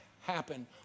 happen